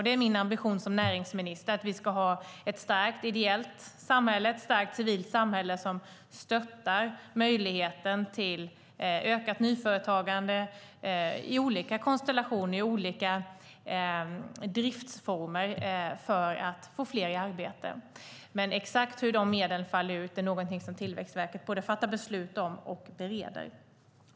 Det är min ambition som näringsminister att vi ska ha ett starkt ideellt samhälle och ett starkt civilt samhälle som stöttar möjligheterna till ökat nyföretagande i olika konstellationer och i olika driftsformer för att få fler i arbete. Men exakt hur dessa medel ska utfalla är någonting som Tillväxtverket både fattar beslut om och bereder.